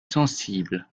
sensibles